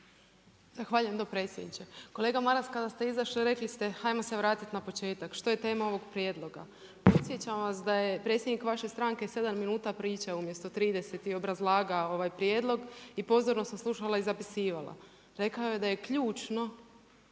Zahvaljujem dopredsjedniče. Kolega Maras, kad ste izašli, rekli ste „ajmo se vratiti na početak, što je tema ovo prijedloga“. Podsjećam vas da je predsjednik vaše stranke 7 minuta pričao umjesto 30 i obrazlagao ovaj prijedlog, i pozorno sam slušala i zapisivala. Rekao je da je ključno